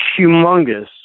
humongous